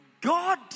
God